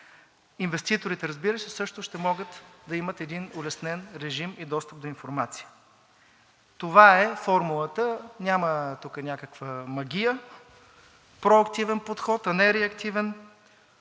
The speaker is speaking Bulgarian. Инвеститорите, разбира се, също ще могат да имат един улеснен режим и достъп до информация. Това е формулата, няма тук някаква магия. Проактивен подход, а не реактивен,